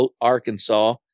Arkansas